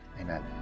amen